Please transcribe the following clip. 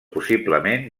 possiblement